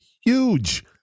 huge